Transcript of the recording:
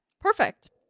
Perfect